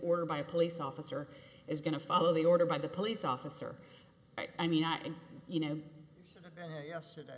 order by a police officer is going to follow the order by the police officer i mean and you know yesterday